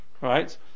right